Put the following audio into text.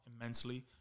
immensely